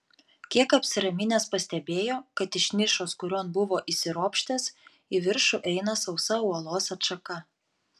kiek apsiraminęs pastebėjo kad iš nišos kurion buvo įsiropštęs į viršų eina sausa uolos atšaka